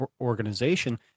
organization